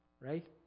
right